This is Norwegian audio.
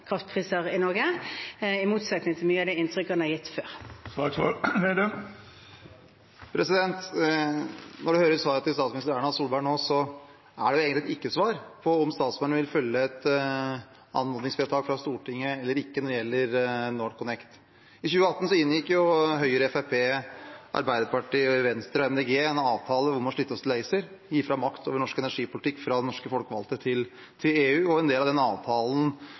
kraftpriser i Norge, i motsetning til mye av det han har gitt inntrykk av før. Når man hører svaret til statsminister Erna Solberg nå, er det egentlig et ikke-svar på om statsministeren vil følge et anmodningsvedtak fra Stortinget eller ikke når det gjelder NorthConnect. I 2018 inngikk Høyre, Fremskrittspartiet, Arbeiderpartiet, Venstre og Miljøpartiet De Grønne en avtale om tilslutning til ACER – gi fra oss makt over norsk energipolitikk fra norske folkevalgte til EU. I en del av den avtalen